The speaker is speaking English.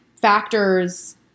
factors